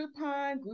Groupon